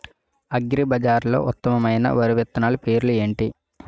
అగ్రిబజార్లో ఉత్తమమైన వరి విత్తనాలు పేర్లు ఏంటి?